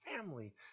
family